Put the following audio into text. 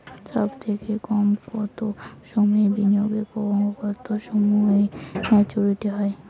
সবথেকে কম কতো সময়ের বিনিয়োগে কতো সময়ে মেচুরিটি হয়?